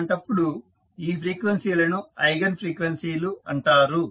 అలాంటప్పుడు ఈ ఫ్రీక్వెన్సీ లను ఐగన్ ఫ్రీక్వెన్సీలు అంటారు